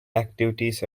activities